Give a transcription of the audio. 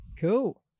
cool